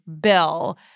bill